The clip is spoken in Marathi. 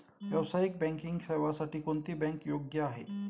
व्यावसायिक बँकिंग सेवांसाठी कोणती बँक योग्य आहे?